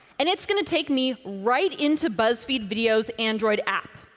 and it's going to take me right into buzzfeed video's android app,